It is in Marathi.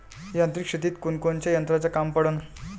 यांत्रिक शेतीत कोनकोनच्या यंत्राचं काम पडन?